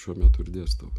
šiuo metu ir dėstau